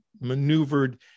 maneuvered